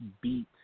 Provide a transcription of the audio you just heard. beat